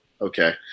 okay